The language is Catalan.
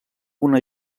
una